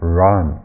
run